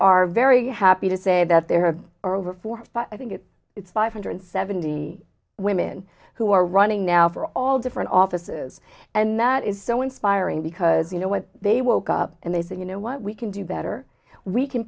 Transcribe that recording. are very happy to say that there are over forty but i think it's five hundred seventy women who are running now for all different offices and that is so inspiring because you know when they woke up and they said you know what we can do better we can